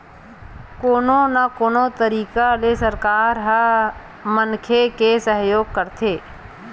कोनो न कोनो तरिका ले सरकार ह मनखे के सहयोग करथे